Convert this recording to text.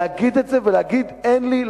להגיד את זה ולהגיד: אין לי,